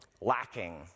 lacking